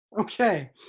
okay